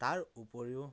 তাৰ উপৰিও